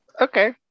Okay